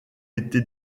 été